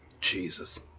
Jesus